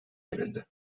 verildi